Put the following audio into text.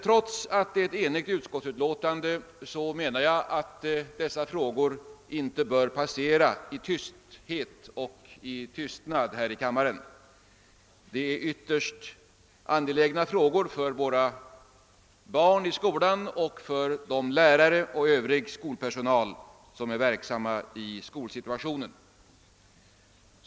Trots denna enighet menar jag att dessa frågor inte bör passera kammaren i tysthet. De är nämligen ytterst väsentliga för våra barn och för de lärare och övriga som är verksamma inom skolan.